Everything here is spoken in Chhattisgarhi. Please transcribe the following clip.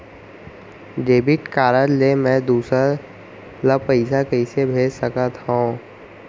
डेबिट कारड ले मैं दूसर ला पइसा कइसे भेज सकत हओं?